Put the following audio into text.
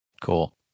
Cool